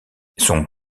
son